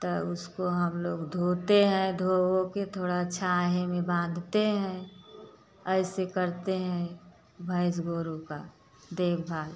तो उसको हम लोग धोते हैं धो ओ के थोड़ा छांहे में बांधते हैं ऐसे करते हैं भैंस गोरू का देखभाल